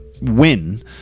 win